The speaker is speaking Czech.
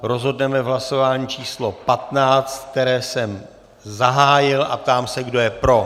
Rozhodneme v hlasování číslo 15, které jsem zahájil, a ptám se, kdo je pro.